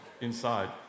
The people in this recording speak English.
inside